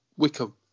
Wickham